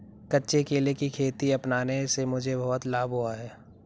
कच्चे केले की खेती अपनाने से मुझे बहुत लाभ हुआ है